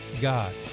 God